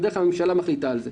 בדרך כלל הממשלה מחליטה על זה.